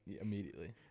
Immediately